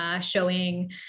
showing